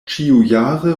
ĉiujare